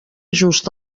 just